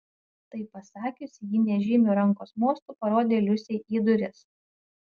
tai pasakiusi ji nežymiu rankos mostu parodė liusei į duris